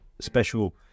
special